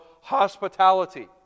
hospitality